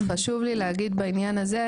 אז חשוב לי להגיד בעניין הזה,